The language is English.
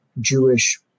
Jewish